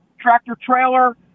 tractor-trailer